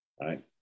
right